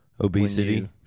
obesity